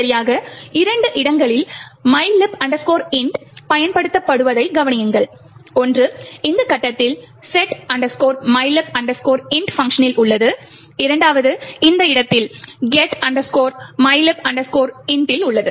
சரியாக இரண்டு இடங்களில் mylib int பயன்படுத்தப்படுவதைக் கவனியுங்கள் ஒன்று இந்த கட்டத்தில் set mylib int பங்க்ஷனில் உள்ளது இரண்டாவது இந்த இடத்தில் get mylib int உள்ளது